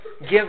give